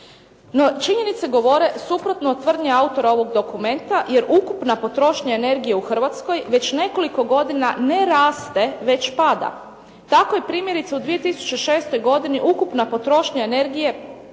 činjenice govore suprotno od tvrdnje autora ovog dokumenta, jer ukupna potrošnja energije u Hrvatskoj već nekoliko godina ne raste već pada. Tako je primjerice u 2006. godini ukupna potrošnja energije